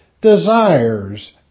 desires